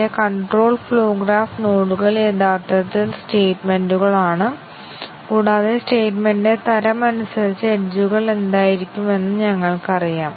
നിങ്ങൾ ഒരു compound condition നൽകുമായിരുന്നുവെന്ന് ഞാൻ പ്രതീക്ഷിക്കുന്നു ഇതിനായി MCDC ടെസ്റ്റ് കേസുകൾ രൂപകൽപ്പന ചെയ്യാൻ കഴിയും